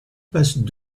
passe